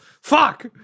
Fuck